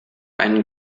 einen